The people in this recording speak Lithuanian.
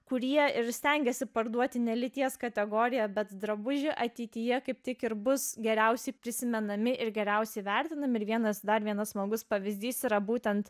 kurie ir stengiasi parduoti ne lyties kategoriją bet drabužį ateityje kaip tik ir bus geriausiai prisimenami ir geriausiai vertinami ir vienas dar vienas smagus pavyzdys yra būtent